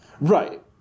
Right